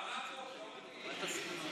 מרק עוף לא מתאים?